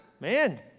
man